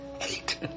Eight